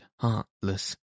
heartless